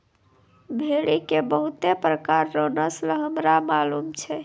भेड़ी के बहुते प्रकार रो नस्ल हमरा मालूम छै